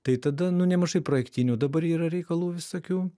tai tada nu nemažai projektinių dabar yra reikalų visokių